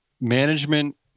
management